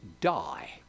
die